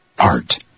Art